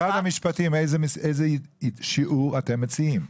המשפטים, איזה שיעור אתם מציעים?